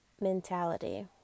mentality